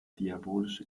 diabolische